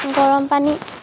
গৰম পানী